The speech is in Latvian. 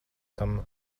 tam